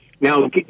Now